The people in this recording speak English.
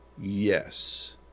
Yes